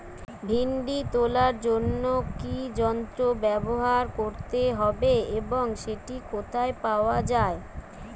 ভিন্ডি তোলার জন্য কি যন্ত্র ব্যবহার করতে হবে এবং সেটি কোথায় পাওয়া যায়?